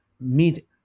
meet